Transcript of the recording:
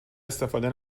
استفاده